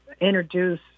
introduce